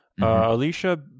alicia